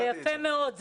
יפה מאוד.